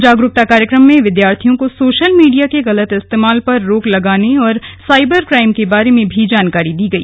जागरुकता कार्यक्रम में विद्यार्थियों को सोशल मीडिया के गलत इस्तेमाल पर रोक लगाने और साइबर क्राइम के बारे में भी जानकारी दी गई